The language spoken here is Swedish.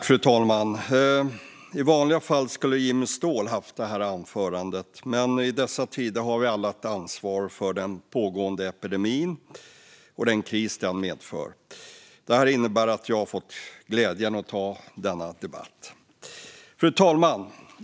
Fru talman! I vanliga fall skulle Jimmy Ståhl hållit detta anförande, men i dessa tider har vi alla ett ansvar i den pågående epidemin och den kris den medför. Det innebär att jag fått glädjen att ta denna debatt. Fru talman!